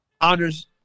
Honors